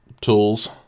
tools